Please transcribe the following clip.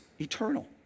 eternal